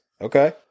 Okay